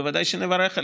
בוודאי שנברך עליה.